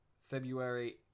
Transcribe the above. february